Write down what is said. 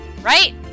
right